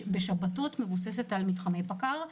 בשבתות מבוססת על מתחמי פקע"ר,